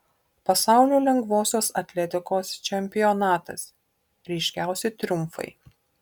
pasaulio lengvosios atletikos čempionatas ryškiausi triumfai